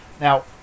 Now